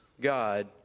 God